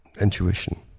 Intuition